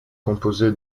composé